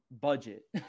budget